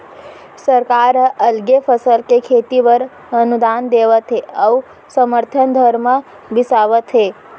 सरकार ह अलगे फसल के खेती बर अनुदान देवत हे अउ समरथन दर म बिसावत हे